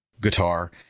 guitar